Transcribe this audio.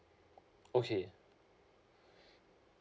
okay